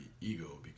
ego